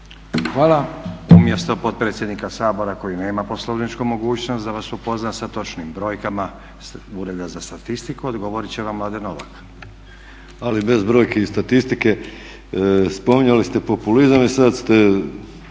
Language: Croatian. (SDP)** Nije to potpredsjednika Sabora koji nema poslovničku mogućnost da vas upozna sa točnim brojkama Ureda za statistiku, odgovorit će vam Mladen Novak. **Novak, Mladen (ORaH)** Ali bez brojki i statistike. Spominjali ste populizam i sad ste